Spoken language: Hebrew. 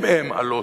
הם-הם הלא-ציונים.